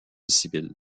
civile